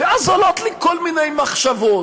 ואז עולות לי כל מיני מחשבות,